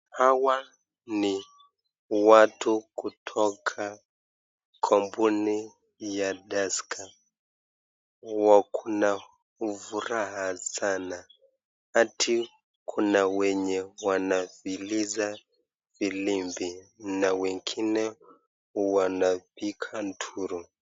Hawa ni watu kutoka kampuni ya Tusker, wako na furaha sana hadi kuna wenye wanafuliza filimbi na wengine wanapiga nduru .